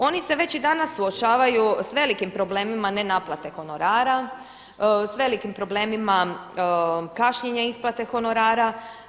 Oni se već i danas suočavaju s velikim problemima nenaplate honorara, s velikim problemima kašnjenja isplate honorara.